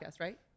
right